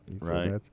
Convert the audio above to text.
Right